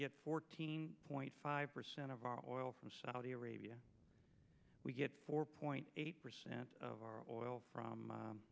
get fourteen point five percent of our oil from saudi arabia we get four point eight percent of our oil from